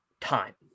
time